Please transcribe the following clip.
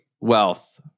wealth